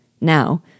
Now